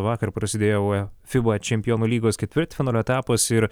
vakar prasidėjo ue fiba čempionų lygos ketvirtfinalio etapas ir